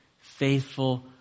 faithful